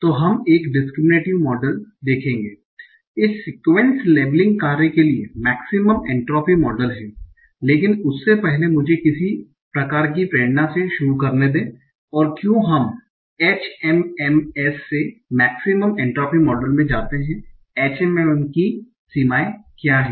तो हम एक डिस्कृमिनेटिव मॉडल देखेंगे इस सीक्वेंस लेबलिंग कार्य के लिए मेक्सिमम एन्ट्रापी मॉडल हैं लेकिन उससे पहले मुझे किसी प्रकार की प्रेरणा से शुरू करने दें और क्यों हम HMMs से मेक्सिमम एन्ट्रापी मॉडल में जाते हैं HMM की सीमाएँ क्या हैं